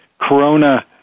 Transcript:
Corona